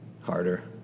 harder